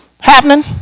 happening